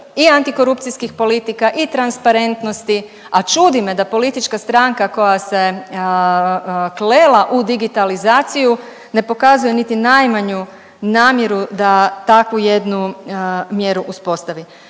i antikorupcijskih politika i transparentnosti, a čudi me da politička stranka koja se klela u digitalizaciju ne pokazuje niti najmanju namjeru da takvu jednu mjeru uspostavi.